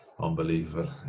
Unbelievable